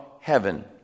heaven